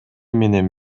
менен